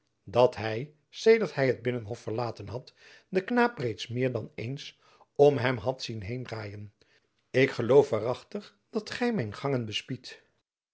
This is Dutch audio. dat hy sedert hy het binnenhof verlaten had den knaap reeds meer dan eens om hem had zien heen draaien ik geloof waar achtig dat gy mijn gangen